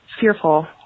fearful